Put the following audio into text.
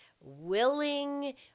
willing